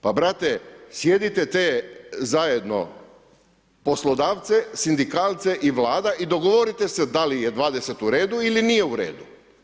Pa brate, sjedite te zajedno poslodavca, sindikalce i Vlada i dogovorite se da li je 20 u redu ili nije u redu.